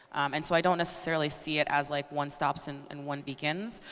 and so i don't necessarily see it as like one stops and and one begins.